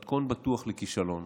זה מתכון בטוח לכישלון.